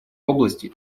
области